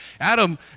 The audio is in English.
Adam